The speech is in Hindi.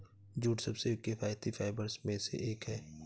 जूट सबसे किफायती फाइबर में से एक है